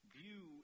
view